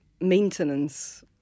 maintenance